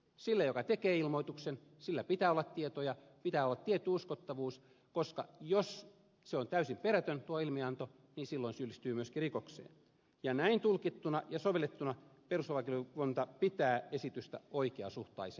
sillä joka tekee ilmoituksen pitää olla tietoja pitää olla tietty uskottavuus koska jos se ilmianto on täysin perätön niin silloin syyllistyy myöskin rikokseen ja näin tulkittuna ja sovellettuna perustuslakivaliokunta pitää esitystä myös oikeasuhtaisena